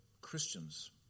Christians